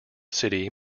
city